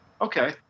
Okay